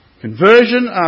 Conversion